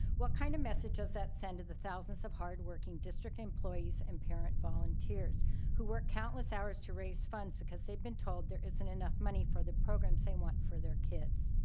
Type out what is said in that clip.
what kind of message does that send to the thousand of hard-working district employees and parent volunteers who work countless hours to raise funds because they've been told there isn't enough money for the programs they want for their kids.